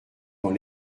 dans